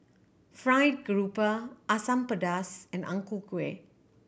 fried grouper Asam Pedas and Ang Ku Kueh